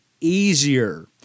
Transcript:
easier